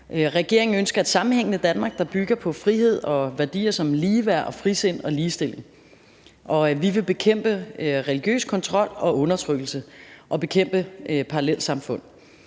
Regeringen ønsker et sammenhængende Danmark, der bygger på frihed og værdier som ligeværd, frisind og ligestilling. Vi vil bekæmpe religiøs kontrol og undertrykkelse og bekæmpe parallelsamfund.